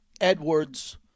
Edwards